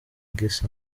gisa